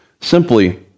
Simply